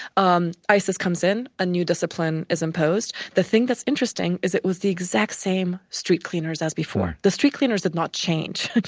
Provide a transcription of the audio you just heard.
um isis comes in, a new discipline is imposed. the thing that's interesting is it was the exact same street cleaners as before. the street cleaners did not change,